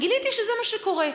גיליתי שזה מה שקורה.